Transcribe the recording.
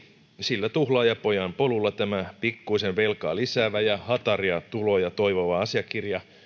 sillä tuhlaajapojan polulla tämä pikkuisen velkaa lisäävä ja hataria tuloja toivova asiakirja